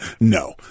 No